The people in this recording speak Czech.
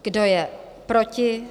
Kdo je proti?